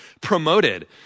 promoted